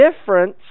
difference